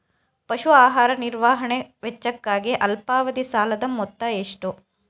ಪಶು ಆಹಾರ ನಿರ್ವಹಣೆ ವೆಚ್ಚಕ್ಕಾಗಿ ಅಲ್ಪಾವಧಿ ಸಾಲದ ಮೊತ್ತ ಎಷ್ಟು?